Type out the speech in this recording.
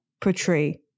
portray